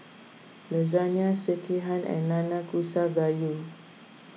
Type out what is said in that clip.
Lasagne Sekihan and Nanakusa Gayu